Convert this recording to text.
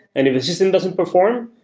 and if the system doesn't perform,